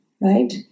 right